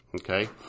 okay